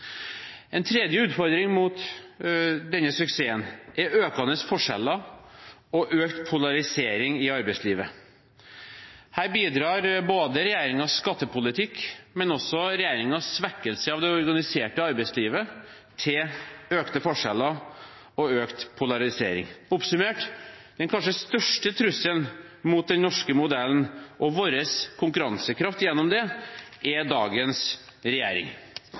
En tredje utfordring mot denne suksessen er økende forskjeller og økt polarisering i arbeidslivet. Her bidrar både regjeringens skattepolitikk og regjeringens svekkelse av det organiserte arbeidslivet til økte forskjeller og økt polarisering. Oppsummert: Den kanskje største trusselen mot den norske modellen, og vår konkurransekraft gjennom den, er dagens regjering.